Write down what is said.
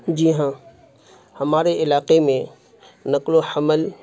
جی ہاں ہمارے علاقے میں نقل و حمل